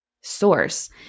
source